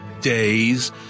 days